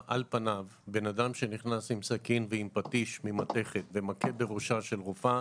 בן אדם שנכנס עם סכין ועם פטיש ממתכת ומכה בראשה של רופאה,